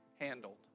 handled